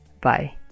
Bye